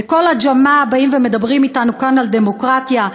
וכל הג'מעה באים ומדברים אתנו כאן על דמוקרטיה?